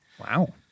Wow